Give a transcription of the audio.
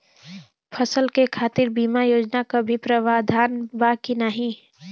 फसल के खातीर बिमा योजना क भी प्रवाधान बा की नाही?